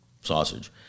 sausage